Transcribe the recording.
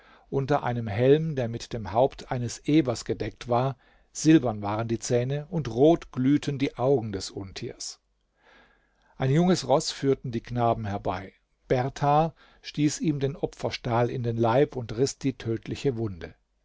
unter einem helm der mit dem haupte eines ebers gedeckt war silbern waren die zähne und rot glühten die augen des untiers ein junges roß führten die knaben herbei berthar stieß ihm den opferstahl in den leib und riß die tödliche wunde